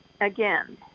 again